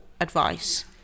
advice